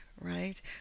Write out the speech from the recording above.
right